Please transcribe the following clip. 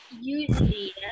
Usually